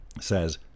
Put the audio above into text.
says